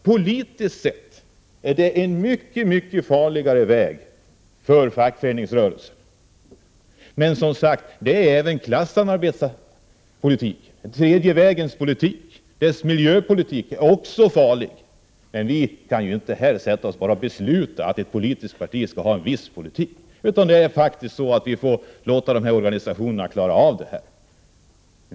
Politiskt sett är detta en mycket farligare väg för fackföreningsrörelsen. Men klassamarbetet och den tredje vägens politik, med dess miljöpolitik, är också farlig. Men vi kan ju inte här bara besluta att ett politiskt parti skall driva en viss politik, utan vi får faktiskt låta respektive organisationer klara av det hela.